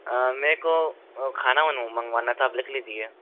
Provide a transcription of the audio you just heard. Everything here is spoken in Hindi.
मेर को खाना मंगवाना था आप लिख लीजिए